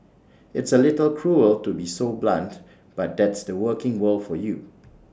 it's A little cruel to be so blunt but that's the working world for you